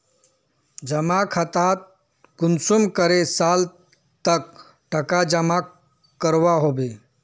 जमा खातात कुंसम करे साल तक टका जमा करवा होबे?